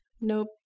Nope